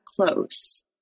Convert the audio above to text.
close